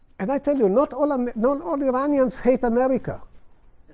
and i tell you, not all um not all iranians hate america.